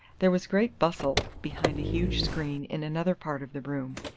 there was great bustle behind a huge screen in another part of the room,